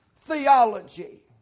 theology